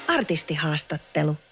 Artistihaastattelu